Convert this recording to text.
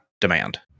demand